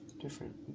different